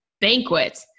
Banquet